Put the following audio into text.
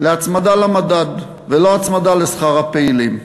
להצמדה למדד, ולא הצמדה לשכר הפעילים.